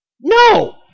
no